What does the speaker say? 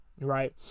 right